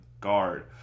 guard